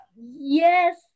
Yes